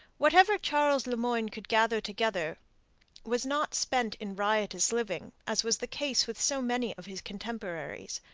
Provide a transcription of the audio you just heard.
whatever charles le moyne could gather together was not spent in riotous living, as was the case with so many of his contemporaries,